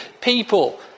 people